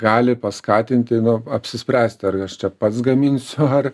gali paskatinti apsispręsti ar aš čia pats gaminsiu ar